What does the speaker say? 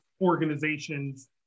organizations